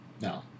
No